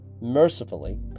Mercifully